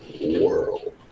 world